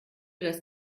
das